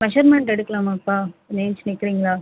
measurement எடுக்கலாமாப்பா கொஞ்சம் எழுஞ்சி நிற்கிறீங்களா